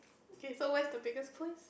okay so where's the biggest place